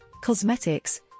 cosmetics